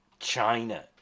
China